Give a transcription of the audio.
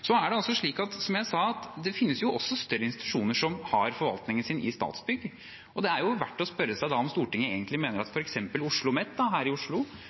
Som jeg sa, finnes det også større institusjoner som har forvaltningen sin i Statsbygg. Det er verdt å spørre seg da om Stortinget egentlig mener at f.eks. OsloMet, her i Oslo,